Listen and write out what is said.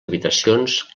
habitacions